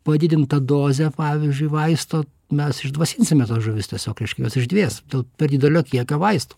padidintą dozę pavyzdžiui vaisto mes išdvasinsime tas žuvis tiesiog reiškia jos išdvės dėl per didelio kiekio vaistų